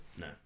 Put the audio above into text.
No